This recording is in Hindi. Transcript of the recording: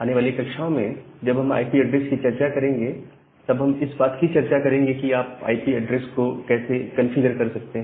आने वाली कक्षाओं में जब हम आईपी ऐड्रेस की चर्चा करेंगे तब हम इस बात की चर्चा करेंगे कि आप आईपी ऐड्रेस को कॉन्फ़िगर कैसे कर सकते हैं